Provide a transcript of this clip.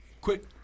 Quick